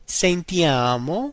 sentiamo